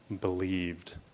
believed